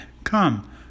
Come